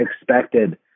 expected